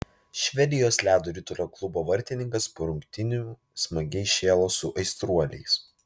švedijos ledo ritulio klubo vartininkas po rungtynių smagiai šėlo su aistruoliais